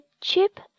Chip